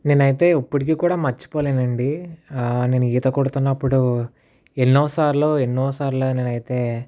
నేనైతే ఇప్పటికి కూడా మర్చిపోలేను అండీ నేను ఈత కొడుతున్నప్పుడు ఎన్నోసార్లు ఎన్నోసార్లు నేనైతే